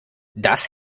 das